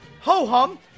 ho-hum